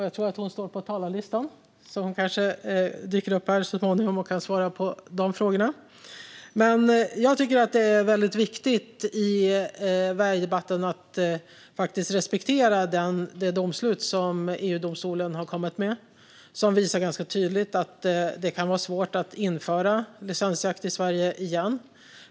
Jag tror att hon står på talarlistan, så hon kanske dyker upp här så småningom och kan svara på frågorna. Jag tycker att det är viktigt att man i vargdebatten respekterar det domslut som EU-domstolen har kommit med. Det visar ganska tydligt att det kan vara svårt att införa licensjakt i Sverige igen.